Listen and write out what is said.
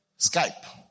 Skype